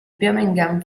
birmingham